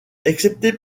excepté